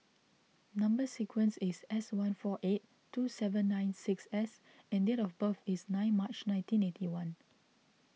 Number Sequence is S one four eight two seven nine six S and date of birth is nine March nineteen eight one